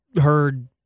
heard